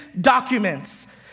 documents